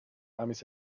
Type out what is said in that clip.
armies